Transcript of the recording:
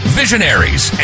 visionaries